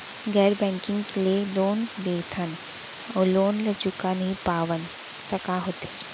गैर बैंकिंग ले लोन लेथन अऊ लोन ल चुका नहीं पावन त का होथे?